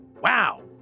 Wow